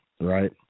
Right